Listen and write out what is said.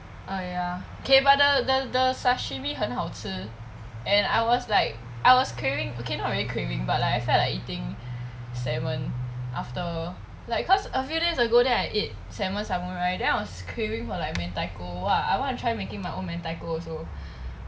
ah ya K but the the the sashimi 很好吃 and I was like I was craving okay not really craving but like I felt like eating salmon after like cause a few days ago then I ate salmon samurai then I was craving for like mentaiko !wah! I want to try making my own mentaiko also